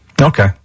Okay